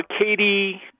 Katie